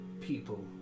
people